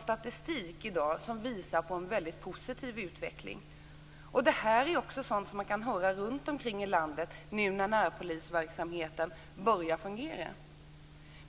Statistiken visar på en positiv utveckling. Det kan man också höra runtom i landet, nu när närpolisverksamheten börjar fungera.